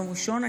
ביום ראשון,